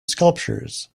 sculptures